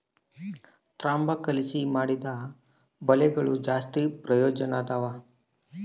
ತಾಮ್ರ ಕಲಿಸಿ ಮಾಡಿದ ಬಲೆಗಳು ಜಾಸ್ತಿ ಪ್ರಯೋಜನದವ